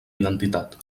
identitat